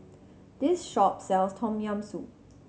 this shop sells Tom Yam Soup